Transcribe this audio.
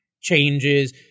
changes